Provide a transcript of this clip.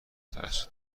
ترس